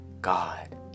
God